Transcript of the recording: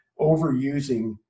overusing